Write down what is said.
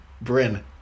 Bryn